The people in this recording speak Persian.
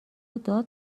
داد